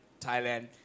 Thailand